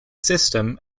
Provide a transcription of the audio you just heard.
system